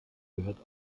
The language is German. gehört